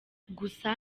gusa